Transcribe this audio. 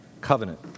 covenant